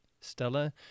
Stella